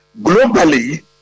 Globally